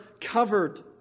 covered